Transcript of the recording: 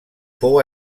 fou